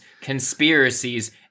conspiracies